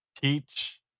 teach